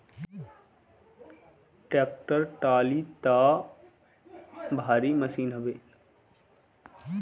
tractor trolley तअ भारी machine हवे